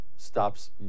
stops